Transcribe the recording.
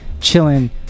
chilling